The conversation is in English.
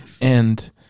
and-